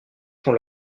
qu’on